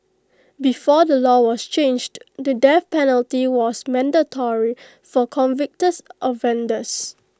before the law was changed the death penalty was mandatory for convicted offenders